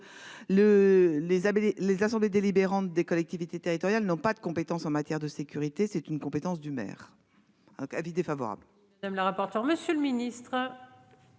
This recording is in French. les assemblées délibérantes des collectivités territoriales n'ont pas de compétences en matière de sécurité, c'est une compétence du maire. Avis défavorable. Madame la rapporteure. Monsieur le Ministre.